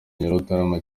nyarutarama